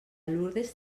lurdes